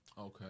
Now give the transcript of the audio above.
Okay